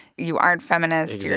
you aren't feminist. yeah